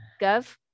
Gov